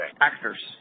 Actors